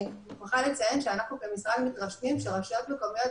אני מוכרחה לציין שאנחנו כמשרד מתרשמים שרשויות מקומיות,